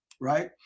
right